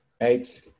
eight